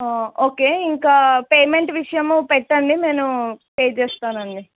okay ఇంకా payment విషయము పెట్టండి నేను పే చేస్తానండి